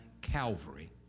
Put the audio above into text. Calvary